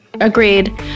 Agreed